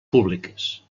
públiques